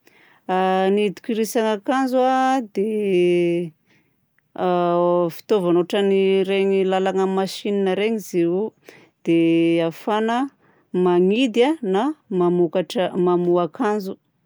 A ny hidikorisan’ny akanjo dia fitaovana ohatran'ireny lalana masinina ireny izy io dia ahafahana manidy a na mamokatra mamoha akanjo.